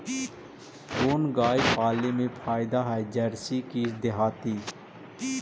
कोन गाय पाले मे फायदा है जरसी कि देहाती?